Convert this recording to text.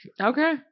okay